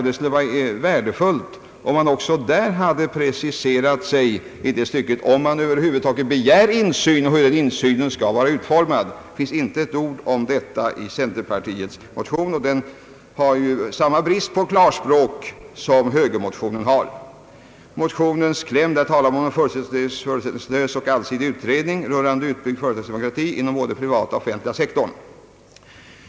Det skulle ha varit värdefullt, om man också där hade preciserat sig, alltså om man över huvud taget begär insyn och hur denna insyn i så fall skulle vara utformad. Det finns inte ett ord om detta i centerpartiets motion. Den lider samma brist på klarspråk som högermotionen. I centerpartimotionens kläm talas om »en förutsättningslös och allsidig utredning rörande utbyggd företagsdemokrati inom både den privata och den offentliga sektorn».